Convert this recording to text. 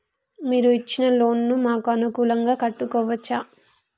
మీరు ఇచ్చిన లోన్ ను మాకు అనుకూలంగా కట్టుకోవచ్చా?